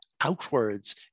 outwards